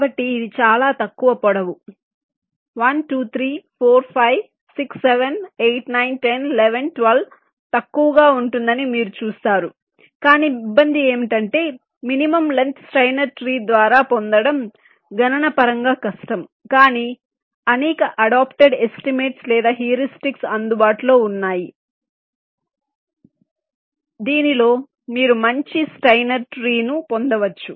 కాబట్టి ఇది చాలా తక్కువ పొడవు 1 2 3 4 5 6 7 8 9 10 11 12 తక్కువగా ఉంటుందని మీరు చూస్తారు కాని ఇబ్బంది ఏమిటంటే మినిమం లెంగ్త్ స్టైనర్ ట్రీ ద్వారా పొందడం గణనపరంగా కష్టం కానీ అనేక అడాప్టెడ్ ఎస్టిమేట్స్ లేదా హ్యూరిస్టిక్స్ అందుబాటులో ఉన్నాయి దీనిలో మీరు మంచి స్టైనర్ ట్రీ ను పొందవచ్చు